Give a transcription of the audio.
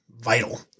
vital